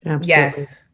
yes